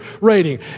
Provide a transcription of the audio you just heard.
rating